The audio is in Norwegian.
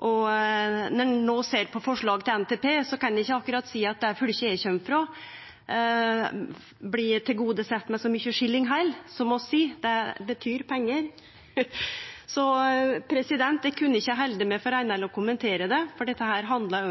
og når ein ser på forslaget til NTP, kan ein ikkje akkurat seie at det fylket eg kjem frå, blir tilgodesett med så mykje skilling heller, som vi seier – det betyr pengar. Så eg kunne ikkje halde meg frå å kommentere det, for dette handlar